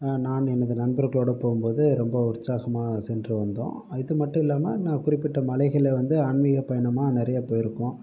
நான் எனது நண்பர்களோடு போகும்போது ரொம்ப உற்சாகமாக சென்று வந்தோம் இது மட்டுல்லாமல் நான் குறிப்பிட்ட மலைகளை வந்து நான் ஆன்மிக பயணமாக நிறையா போயிருக்கோம்